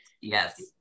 Yes